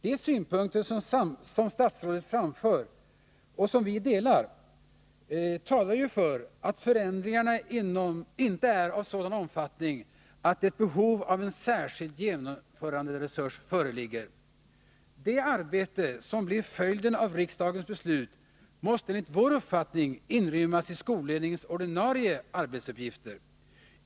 De synpunkter som statsrådet framför och som vi delar talar ju för att förändringarna inte är av sådan omfattning att ett behov av en särskild genomföranderesurs föreligger. Det arbete som blir följden av riksdagens beslut måste enligt vår uppfattning inrymmas i skolledningens ordinarie arbetsuppgifter.